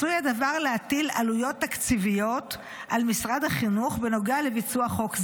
עשוי הדבר להטיל עלויות תקציביות על משרד החינוך בנוגע לביצוע חוק זה,